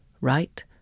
Right